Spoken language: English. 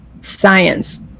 science